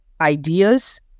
ideas